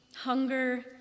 hunger